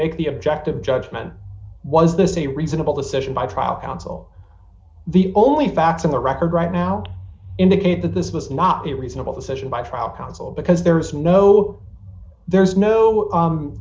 make the objective judgment was there's a reasonable decision by tropical the only facts in the record right now indicate that this was not a reasonable decision by trial counsel because there is no there's no